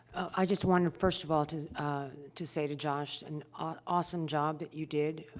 i just wanted, first of all, to, ah to say to josh, an ah awesome job that you did,